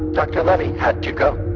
doctor levy had to go,